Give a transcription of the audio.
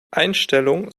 einstellung